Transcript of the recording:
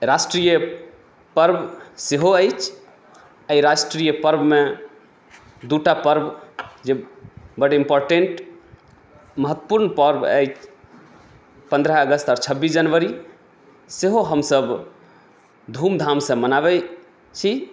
राष्ट्रीय पर्ब सेहो अछि एहि राष्ट्रीय पर्बमे दू टा पर्ब जे बड्ड इम्पोर्टेन्ट महत्वपूर्ण पर्ब अइछि पन्द्रह अगस्त आओर छब्बीस जनवरी सेहो हम सभ धूमधाम से मनाबै छी